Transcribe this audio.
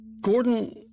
Gordon